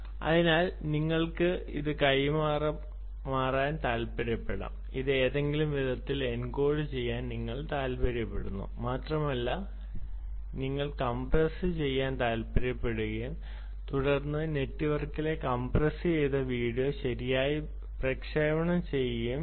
അതിനാൽ നിങ്ങൾക്ക് അത് കൈമാറാൻ താൽപ്പര്യപ്പെടാം അത് ഏതെങ്കിലും വിധത്തിൽ എൻകോഡുചെയ്യാൻ നിങ്ങൾ താൽപ്പര്യപ്പെടുന്നു മാത്രമല്ല നിങ്ങൾ കംപ്രസ്സുചെയ്യാൻ താൽപ്പര്യപ്പെടുകയും തുടർന്ന് നെറ്റ്വർക്കിലെ കംപ്രസ്സുചെയ്ത വീഡിയോ ശരിയായി പ്രക്ഷേപണം ചെയ്യുകയും വേണം